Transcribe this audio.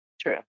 true